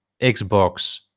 Xbox